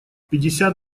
пятьдесят